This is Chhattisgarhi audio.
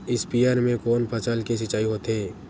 स्पीयर म कोन फसल के सिंचाई होथे?